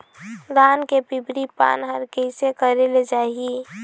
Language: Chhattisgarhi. धान के पिवरी पान हर कइसे करेले जाही?